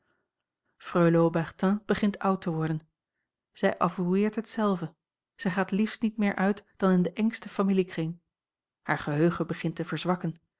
haubertin begint oud te worden zij avoueert het zelve zij gaat liefst niet meer uit dan in den engsten familiekring haar geheugen begint te verzwakken